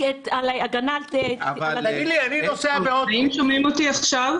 האם שומעים אותי עכשיו?